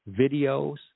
videos